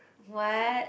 what